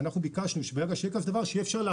ביקשנו שברגע שיהיה כזה דבר אפשר יהיה